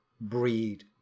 breed